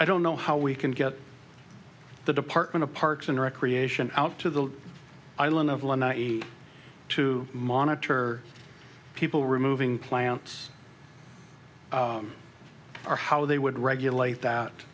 i don't know how we can get the department of parks and recreation out to the island of lanai to monitor people removing plants or how they would regulate that